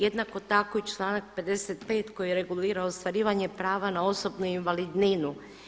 Jednako tako i članak 55. koji regulira ostvarivanje prava na osobnu invalidninu.